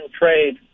trade